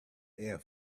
air